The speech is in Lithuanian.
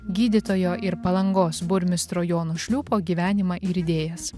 gydytojo ir palangos burmistro jono šliūpo gyvenimą ir idėjas